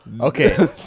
okay